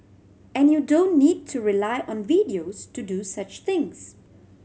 and you don't need to rely on videos to do such things